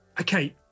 okay